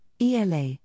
ELA